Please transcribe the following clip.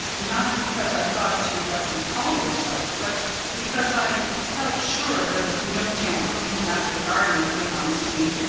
not because i thought you what you call yourself, but because i felt sure there was no chance for me after gardner came on the scene.